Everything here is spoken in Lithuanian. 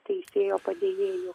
teisėjo padėjėju